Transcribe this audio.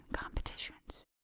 competitions